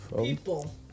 People